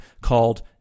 called